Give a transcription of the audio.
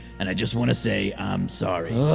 and i just wanna say. i'm sorry.